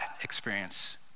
experience